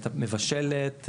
מבשלת,